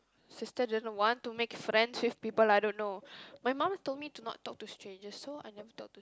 sister doesn't want to make friends with people I don't know my mum told me to not talk to strangers so I never talk to